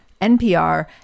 NPR